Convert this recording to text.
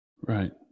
Right